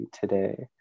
today